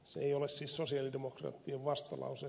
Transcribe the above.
se ei ole siis sosialidemokraattien vastalause